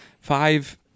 five